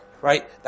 right